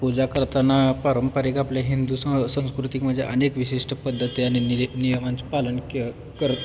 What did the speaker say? पूजा करताना पारंपरिक आपले हिंदू सं संस्कृतिकमध्ये अनेक विशिष्ट पद्धती आणि नि नियमांचे पालन के करत